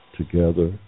together